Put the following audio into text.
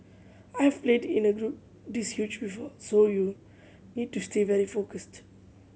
I've played in a group this huge before so you need to stay very focused